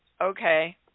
okay